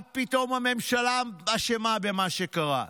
מה פתאום הממשלה אשמה במה שקרה?